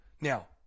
Now